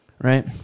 right